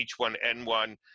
H1N1